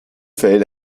fällen